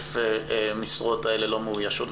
שהאלף משרות האלה לא מאוישות?